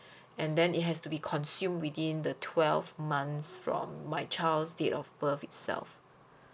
and then it has to be consumed within the twelve months from my child's date of birth itself